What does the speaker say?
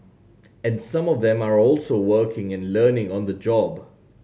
and some of them are also working and learning on the job